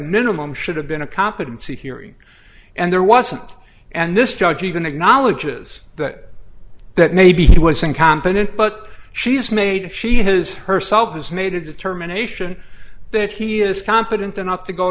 minimum should have been a competency hearing and there wasn't and this judge even acknowledges that that maybe he was incompetent but she's made she has herself has made a determination that he is competent enough to go